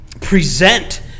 present